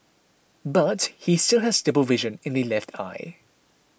but he still has double vision in the left eye